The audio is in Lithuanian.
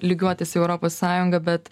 lygiuotis į europos sąjungą bet